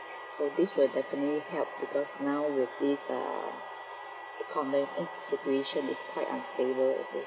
so this will definitely help because now with these ah economic situation is quite unstable you see